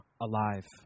alive